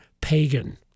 pagan